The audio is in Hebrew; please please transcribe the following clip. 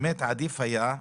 באמת עדיף היה,